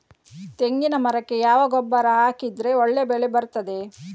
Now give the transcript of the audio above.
ತೆಂಗಿನ ಮರಕ್ಕೆ ಯಾವ ಗೊಬ್ಬರ ಹಾಕಿದ್ರೆ ಒಳ್ಳೆ ಬೆಳೆ ಬರ್ತದೆ?